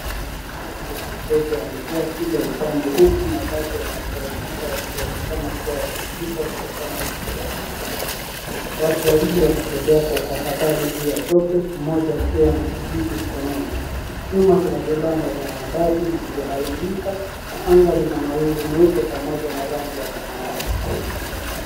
Maji ya matope yamejaa kila upande huku mabati yaliyoporomoka yakionekana kua yameanguka kutokana na mvua kubwa watu wawili wanatembea kwa tahadhari juu ya tope mmoja akiwa na kijiti mkononi nyuma kuna vibanda vya mabati vilivyoharibika na anga lina mawingu meupe pamoja na rangi ya samawati.